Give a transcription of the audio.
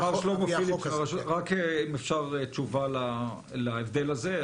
רק אם אפשר תשובה להבדל הזה.